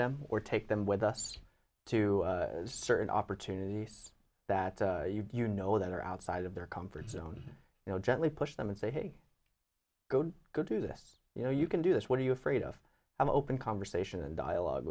them or take them with us to certain opportunities that you know that are outside of their comfort zone you know gently push them and say hey go go do this you know you can do this what are you afraid of and open conversation and dialogue